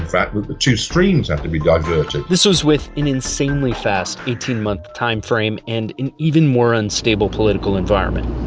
that but two streams had to be diverted. this was with an insanely fast eighteen month time frame and an even more unstable political environment.